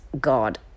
God